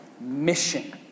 mission